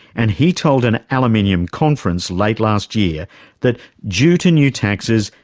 and he told an aluminium conference late last year that due to new taxes,